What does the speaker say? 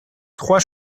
trois